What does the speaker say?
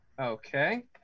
Okay